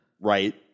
Right